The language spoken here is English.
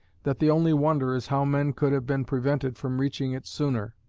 that the only wonder is how men could have been prevented from reaching it sooner.